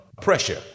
pressure